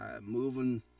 moving